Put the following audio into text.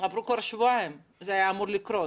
עברו כבר שבועיים, זה היה אמור לקרות.